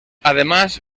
además